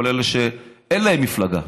כל אלה שאין להם מפלגה,